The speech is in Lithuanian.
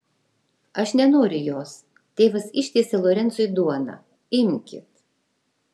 aš nenoriu jos tėvas ištiesė lorencui duoną imkit